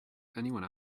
anyone